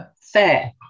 Fair